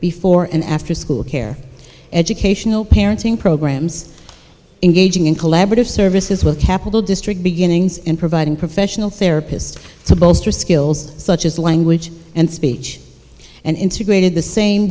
before and after school care educational parenting programs engaging in collaborative services with capital district beginnings in providing professional therapist to bolster skills such as language and speech and integrated the same